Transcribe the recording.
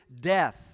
death